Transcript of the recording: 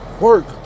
Work